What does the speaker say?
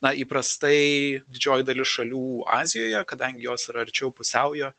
na įprastai didžioji dalis šalių azijoje kadangi jos yra arčiau pusiaujo